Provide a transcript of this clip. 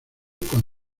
con